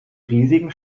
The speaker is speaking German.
riesigen